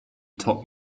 taught